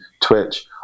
Twitch